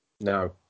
No